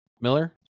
Miller